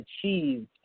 achieved